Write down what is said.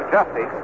Justy